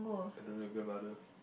I don't know your grandmother